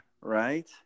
Right